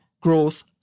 growth